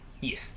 Yes